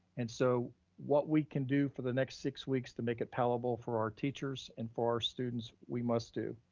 and so what we can do for the next six weeks to make it palpable for our teachers and for our students we must do,